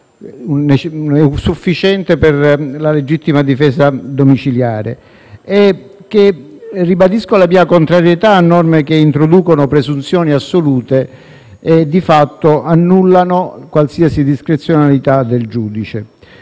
sufficiente per la legittima difesa domiciliare. Ribadisco la mia contrarietà a norme che introducono presunzioni assolute e di fatto annullano qualsiasi discrezionalità del giudice.